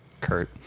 kurt